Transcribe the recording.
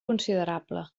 considerable